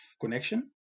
connection